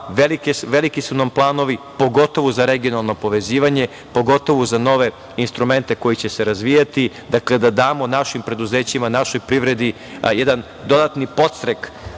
Veliki su nam planovi, pogotovo za regionalno povezivanje, pogotovo za nove instrumente koji će se razvijati, dakle, da damo našim preduzećima, našoj privredi jedan dodatni podstrek